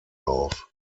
auf